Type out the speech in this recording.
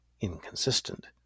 inconsistent